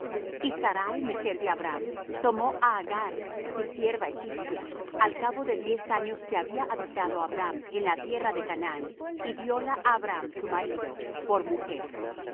y sarai mujer de abram tomó á agar su sierva egipcia al cabo de diez años que había habitado abram en la tierra de canaán y dióla á abram su marido por mujer y